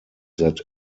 that